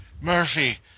Murphy